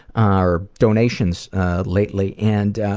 or donations lately. and,